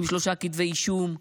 עם שלושה כתבי אישום,